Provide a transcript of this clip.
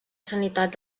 sanitat